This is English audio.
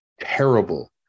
terrible